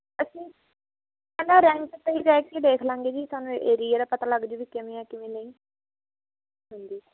ਅਸੀਂ ਪਹਿਲਾਂ ਰੈਂਟ 'ਤੇ ਹੀ ਰਹਿ ਕੇ ਦੇਖ ਲਾਂਗੇ ਜੀ ਸਾਨੂੰ ਏਰੀਏ ਦਾ ਪਤਾ ਲੱਗਜੂ ਵੀ ਕਿਵੇਂ ਆ ਕਿਵੇਂ ਨਹੀਂ ਹਾਂਜੀ